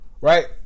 right